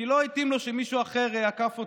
כי לא התאים לו שמישהו אחר עקף אותו,